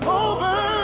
over